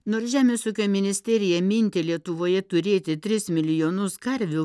nors žemės ūkio ministerija mintį lietuvoje turėti tris milijonus karvių